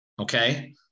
okay